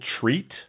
treat